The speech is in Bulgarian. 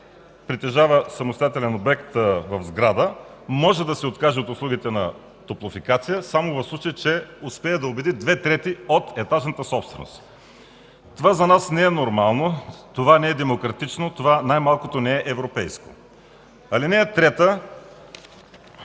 притежава самостоятелен обект в сграда може да се откаже от услугите на Топлофикация само в случай, че успее да убеди две трети от етажната собственост. Това за нас не е нормално, не е демократично и най-малкото не е европейско. Алинея 3 определя,